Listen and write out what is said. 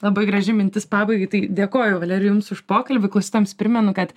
labai graži mintis pabaigai tai dėkoju valerijau jums už pokalbį klausytojams primenu kad